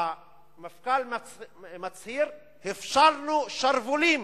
המפכ"ל מצהיר: "הפשלנו שרוולים